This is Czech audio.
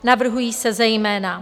Navrhuje se zejména: